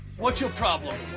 what's your problem?